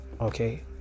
okay